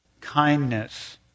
kindness